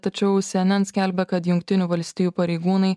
tačiau sijenen skelbia kad jungtinių valstijų pareigūnai